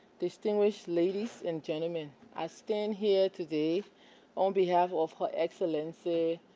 distinguished ladies and gentlemen, i stand here today on behalf of her excellency,